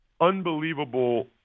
unbelievable